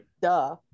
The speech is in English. duh